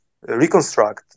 reconstruct